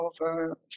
over